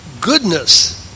goodness